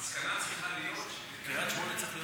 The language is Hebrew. המסקנה צריכה להיות שבקריית שמונה צריך להיות